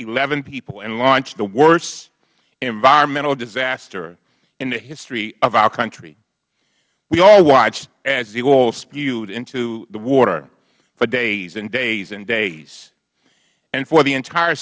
eleven people and launched the worst environmental disaster in the history of our country we all watched as the oil spewed into the water for days and days and days and for the entire